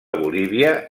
bolívia